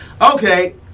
okay